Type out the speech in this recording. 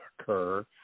occur